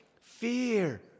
Fear